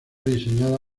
diseñada